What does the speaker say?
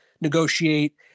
negotiate